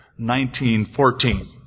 1914